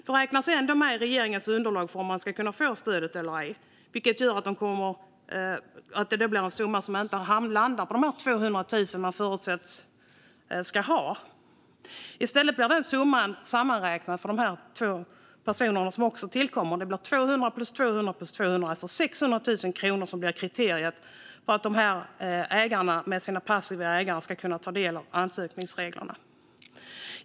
De räknas ändå med i regeringens underlag för om man ska kunna få stödet eller ej, vilket gör att det blir en summa som inte landar på de 200 000 som man förutsätts ha. I stället blir summan sammanräknad för de två personer som tillkommer. Det är 200 000 plus 200 000 plus 200 000, alltså 600 000 kronor, som blir kriteriet för att bolaget med sina passiva ägare ska kunna delta enligt ansökningsreglerna.